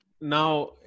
now